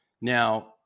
Now